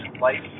life